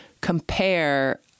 compare